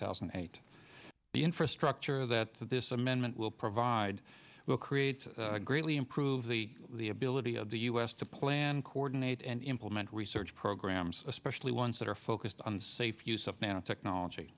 thousand and eight the infrastructure that this amendment will provide will create greatly improve the the ability of the u s to plan coordinate and implement research programs especially ones that are focused on safe use of nanotechnology